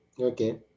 okay